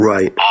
Right